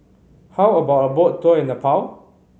how about a boat tour in Nepal